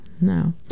No